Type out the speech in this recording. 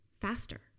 faster